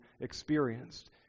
experienced